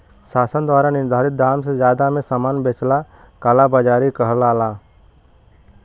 शासन द्वारा निर्धारित दाम से जादा में सामान बेचना कालाबाज़ारी कहलाला